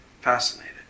fascinated